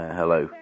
hello